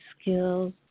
skills